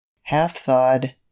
half-thawed